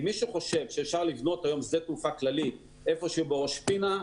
מי שחושב שאפשר לבנות היום שדה תעופה כללי בראש פינה,